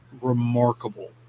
remarkable